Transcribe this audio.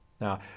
Now